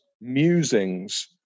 musings